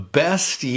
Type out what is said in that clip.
best